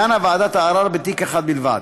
דנה ועדת הערר בתיק אחד בלבד.